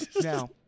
Now